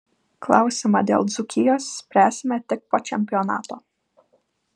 klausimą dėl dzūkijos spręsime tik po čempionato